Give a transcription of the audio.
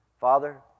Father